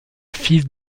fils